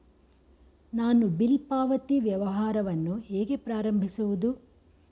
ನಾನು ಬಿಲ್ ಪಾವತಿ ವ್ಯವಹಾರವನ್ನು ಹೇಗೆ ಪ್ರಾರಂಭಿಸುವುದು?